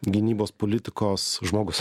gynybos politikos žmogus